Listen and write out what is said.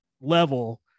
level